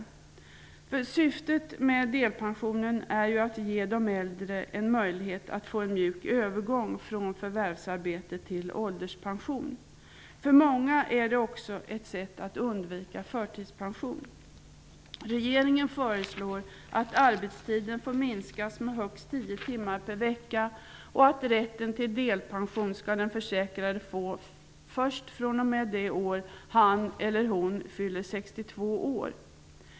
Syftet med delpensionen är att ge de äldre en möjlighet att få en mjuk övergång från förvärvsarbete till ålderspension. För många är det också ett sätt att undvika förtidspension. Regeringen föreslår att arbetstiden får minskas med högst tio timmar per vecka och att rätten till delpension skall den försäkrade få först från och med det år han eller hon fyller 62 år.